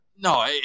No